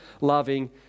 loving